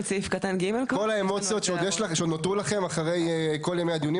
כל האמוציות שנותרו לכם אחרי כל ימי הדיונים